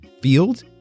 field